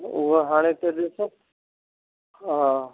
उहा हाणे त ॾिसो हा